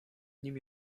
nim